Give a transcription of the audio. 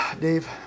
Dave